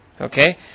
Okay